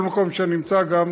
בכל מקום שאני נמצא גם